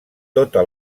tota